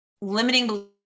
limiting